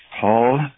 Paul